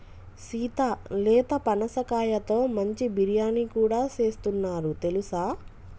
సీత లేత పనసకాయతో మంచి బిర్యానీ కూడా సేస్తున్నారు తెలుసా